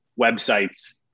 websites